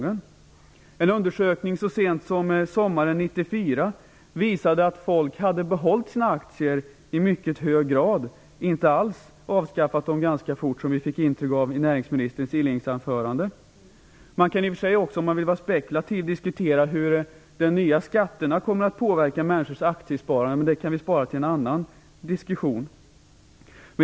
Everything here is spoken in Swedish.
En undersökning så sent som sommaren 1994 visade att folk hade behållit sina aktier i mycket hög grad och inte alls gjort sig av med dem ganska fort, som man fick intryck av i näringsministerns svar. Om man vill vara spekulativ kan man i och för sig också diskutera hur de nya skatterna kommer att påverka människors aktiesparande, men det kan vi spara till en annan diskussion.